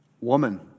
woman